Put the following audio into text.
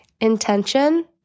intention